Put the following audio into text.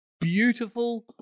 beautiful